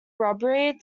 robbery